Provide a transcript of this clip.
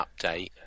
update